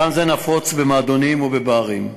סם זה נפוץ במועדונים ובברים,